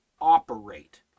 operate